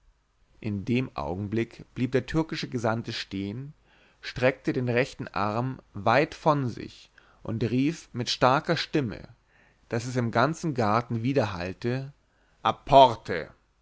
in dem augenblick blieb der türkische gesandte stehen streckte den rechten arm weit von sich und rief mit starker stimme daß es im ganzen garten widerhallte apporte